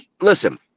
Listen